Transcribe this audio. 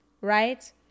right